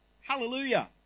Hallelujah